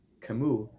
Camus